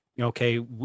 okay